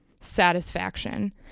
satisfaction